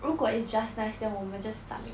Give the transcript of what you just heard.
如果 is just nice then 我们 just submit